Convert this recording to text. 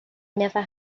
never